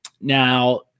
Now